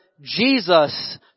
Jesus